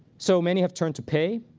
so many have turned to pay.